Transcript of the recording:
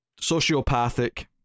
sociopathic